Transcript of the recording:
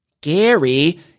Gary